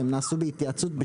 והם נעשו בהתייעצות,